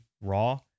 RAW